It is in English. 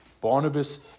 Barnabas